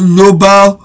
Global